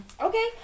okay